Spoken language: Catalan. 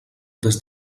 des